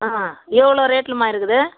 ஆ எவ்வளோ ரேட்லம்மா இருக்குது